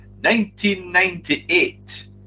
1998